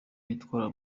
bitwara